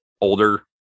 older